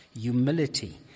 humility